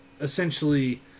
essentially